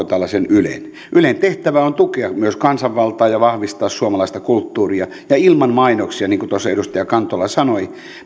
tällaisen ylen ylen tehtävä on tukea myös kansanvaltaa ja vahvistaa suomalaista kulttuuria ja ilman mainoksia niin kuin tuossa edustaja kantola sanoi